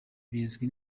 bizwi